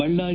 Ballari